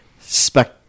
spec